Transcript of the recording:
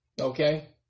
Okay